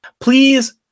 please